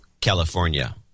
California